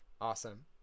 Awesome